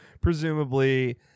presumably